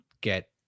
get